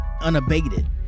unabated